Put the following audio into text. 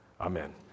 Amen